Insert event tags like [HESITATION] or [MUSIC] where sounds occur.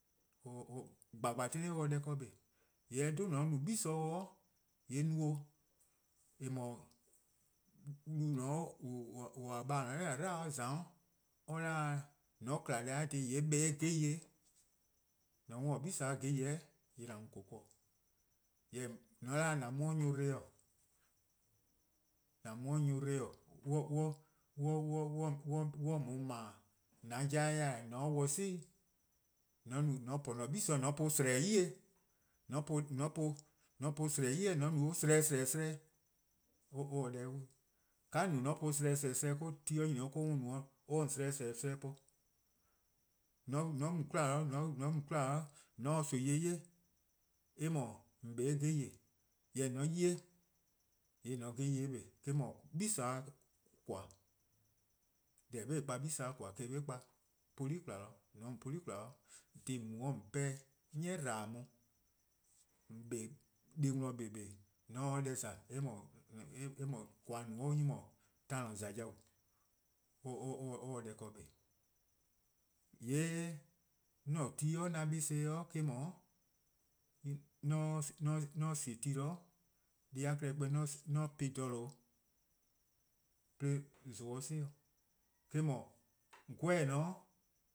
[HESITATION] :gaga: klehkpeh or se deh ken kpa. :yee' mor eh 'dhu :on no gle :yee' no-eh, :eh mor wlu :a :baa' :or :ne-a 'nor :a 'dlu or :za-' or 'da :mor :on :kma deh-a dhih :yee' 'kpa eh geye-', :mor :on 'worn-dih gle-a 'geye :yee' :an mu :koo: :korn. Jorwor: :mor 'da :an mu 'de nyor+ :dbo, :an mu 'de nyor+ :dbo 'on 'ye :on bo 'kpa, :an 'jeh yor-eh :on :se 'de dih 'si 'i. [HESITATION] :mor :on 'ble :an-a'a: gle :mor :on po-eh :dhehmeh: 'yli, [HESITATION] :on po-eh :dhehmeh: 'yli :on no eh 'sleh-' :sleh-: 'sleh-' :yee' or :se-' deh-' 'wluh 'i. :ka :on no-a 'de :on po-or 'sleh-' :sleh-: 'sleh-', 'ka or mu no-' :ke :or 'ye :on 'sleh-' :sleh-: 'sleh-' po. [HESITATION] :mor :on mu 'kwla :mor :on se nimi 'ye, eh :mor :on 'kpa-a 'geye:, jorwor: :mor :on 'ye-eh :yee' :on :se-' 'geye-' 'kpa, eh-: no gle-a :koan'. Deh :eh :korn 'be 'kpa gle :koan' :eh-: kpa poli' :kwla, :mor :on mu poli' 'kwla, dhih :on mu-a 'de 'de :on 'pehn-a 'de 'ni :dba-dih-a on, :on 'kpa deh+ worn :kpa :kpaaa: :mor :on se 'de deh :za :yee' eh [HESITATION] :mor :koan: :on no-a or 'nyne :mor :taan :za yau:, or se deh ken 'kpa. :yee' 'an ti 'an 'beleh-a dih-a me-: dhu [HESITATION] :mor 'on sie' ti de 'deh+-a klehkpeh [HESITATION] :mor 'on po-eh :dha :due' 'de zon-a 'si-dih. Eh-: 'dhu 'gweh :eh :me-a 'o,